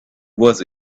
was